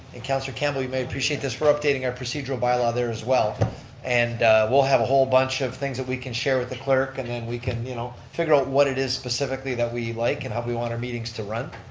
and councilor campbell you may appreciate this, we're updating our procedural bylaw there as well and we'll have a whole bunch of things that we an share with the clerk and then we can you know figure out what it is specifically that we like and how we want our meetings to run.